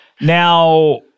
Now